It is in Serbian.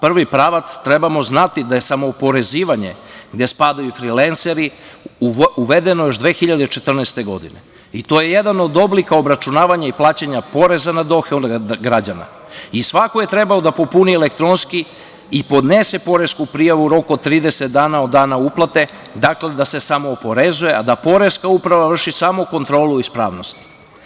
Prvi pravac trebamo znati da je samooporezivanje gde spadaju i frilenseri uvedeno još 2014. godine i to je jedan od oblika obračunavanja i plaćanja poreza na dohodak građana i svako je trebao da popuni elektronski i da podnese poresku prijavu u roku od 30 dana od dana uplate da se samooporezuje, a da Poreska uprava vrši samo kontrolu ispravnosti.